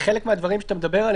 חלק מהדברים עליהם אתה מדבר,